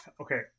okay